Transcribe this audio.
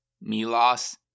Milos